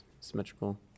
symmetrical